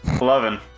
Eleven